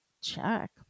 check